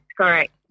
correct